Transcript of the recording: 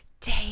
Day